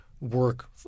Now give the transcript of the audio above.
work